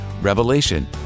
Revelation